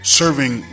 serving